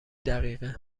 دقیقه